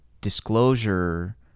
disclosure